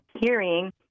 hearing